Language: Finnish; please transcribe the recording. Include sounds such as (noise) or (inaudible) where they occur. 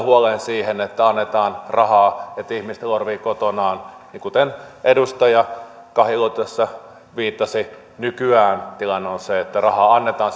siihen huoleen että annetaan rahaa että ihmiset lorvivat kotonaan niin kuten edustaja kahiluoto viittasi nykyään tilanne on se että rahaa annetaan (unintelligible)